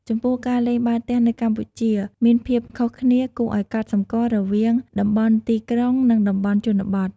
ចំពោះការលេងបាល់ទះនៅកម្ពុជាមានភាពខុសគ្នាគួរឱ្យកត់សម្គាល់រវាងតំបន់ទីក្រុង និងតំបន់ជនបទ។